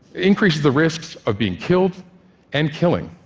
increases the risks of being killed and killing.